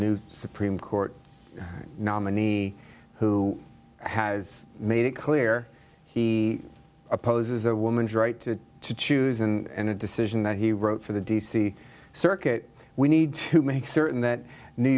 new supreme court nominee who has made it clear he opposes a woman's right to choose and a decision that he wrote for the d c circuit we need to make certain that new